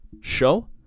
show